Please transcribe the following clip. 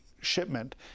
shipment